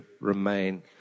remain